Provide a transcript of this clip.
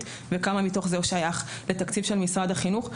וכמה מתוך זה שייך לתקציב משרד החינוך.